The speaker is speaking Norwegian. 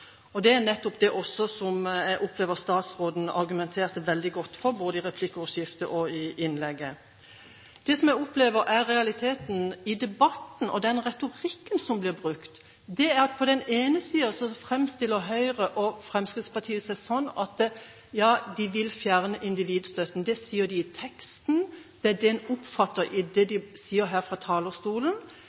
tiltak. Det er nettopp også det jeg opplevde at statsråden argumenterte veldig godt for, både i replikkordskiftet og i innlegget. Det jeg opplever er realiteten i debatten ut fra den retorikken som blir brukt, er at Høyre og Fremskrittspartiet på den ene siden framstiller seg sånn at de vil fjerne individstøtten – det sier de i teksten, og det er det man oppfatter av det de sier her fra talerstolen